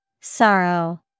Sorrow